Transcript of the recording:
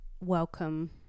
Welcome